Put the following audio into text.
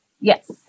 Yes